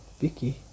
Vicky